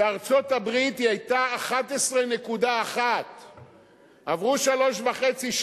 ובארצות-הברית היא היתה 11.1%. עברו שלוש שנים וחצי,